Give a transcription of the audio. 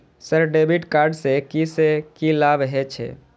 Sir debit card से की से की लाभ हे छे?